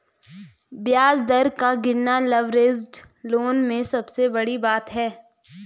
ब्याज दर का गिरना लवरेज्ड लोन में सबसे बड़ी बात है